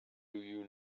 you